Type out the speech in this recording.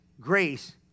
grace